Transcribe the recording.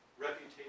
reputation